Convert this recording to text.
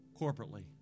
corporately